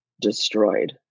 destroyed